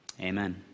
Amen